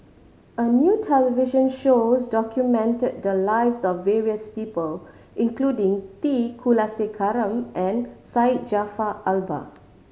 a new television show documented the lives of various people including T Kulasekaram and Syed Jaafar Albar